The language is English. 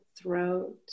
throat